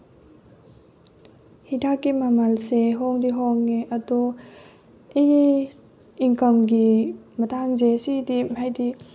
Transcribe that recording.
ꯍꯤꯗꯥꯛꯀꯤ ꯃꯃꯜꯁꯦ ꯍꯣꯡꯗꯤ ꯍꯣꯡꯉꯦ ꯑꯗꯣ ꯑꯩꯒꯤ ꯏꯟꯀꯝꯒꯤ ꯃꯇꯥꯡꯁꯦ ꯁꯤꯗꯤ ꯍꯥꯏꯗꯤ